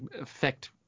affect